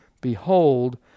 ...behold